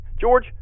George